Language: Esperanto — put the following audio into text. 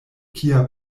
kia